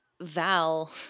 Val